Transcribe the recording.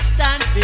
Stand